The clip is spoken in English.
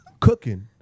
cooking